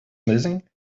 missing